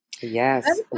Yes